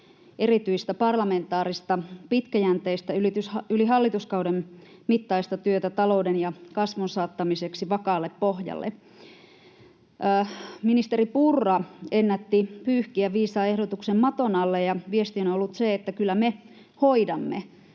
erityistä parlamentaarista, pitkäjänteistä, yli hallituskauden mittaista työtä talouden ja kasvun saattamiseksi vakaalle pohjalle. Ministeri Purra ennätti pyyhkiä viisaan ehdotuksen maton alle, ja viesti on ollut se, että kyllä me hoidamme.